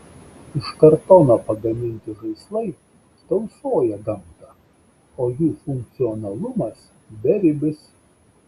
iš kartono pagaminti žaislai tausoja gamtą o jų funkcionalumas beribis